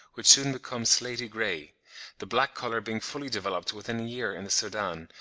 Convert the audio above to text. which soon becomes slaty-grey the black colour being fully developed within a year in the soudan,